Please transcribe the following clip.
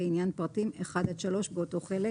לעניין פרטים 1 עד 3 באותו חלק: